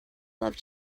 love